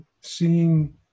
seeing